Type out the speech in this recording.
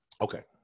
okay